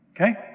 Okay